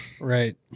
right